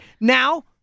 Now